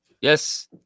yes